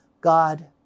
god